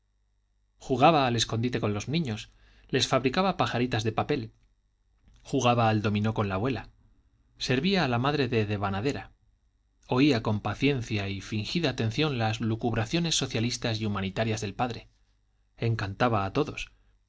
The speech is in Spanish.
jugaba al escondite con los niños les fabricaba pajaritas de papel jugaba al dominó con la abuela servía a la madre de devanadera oía con paciencia y fingida atención las lucubraciones socialistas y humanitarias del padre encantaba a todos